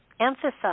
emphasize